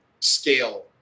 scale